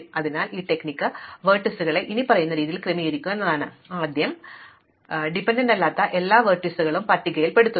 അതിനാൽ ഈ തന്ത്രം വെർട്ടീസുകളെ ഇനിപ്പറയുന്ന രീതിയിൽ ക്രമീകരിക്കുക എന്നതാണ് നിങ്ങൾ ആദ്യം ആശ്രിതത്വമില്ലാത്ത എല്ലാ വെർട്ടീസുകളും പട്ടികപ്പെടുത്തുന്നു